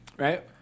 Right